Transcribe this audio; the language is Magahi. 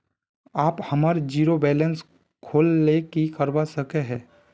आप हमार जीरो बैलेंस खोल ले की करवा सके है?